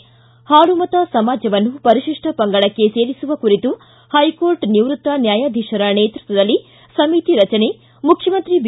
ಿ ಹಾಲುಮತ ಸಮಾಜವನ್ನು ಪರಿಶಿಷ್ಟ ಪಂಗಡಕ್ಕೆ ಸೇರಿಸುವ ಕುರಿತು ಪೈಕೋರ್ಟ್ ನಿವ್ವಕ್ತ ನ್ನಾಯಾಧೀಶರ ನೇತೃತ್ವದಲ್ಲಿ ಸಮಿತಿ ರಚನೆ ಮುಖ್ಯಮಂತ್ರಿ ಬಿ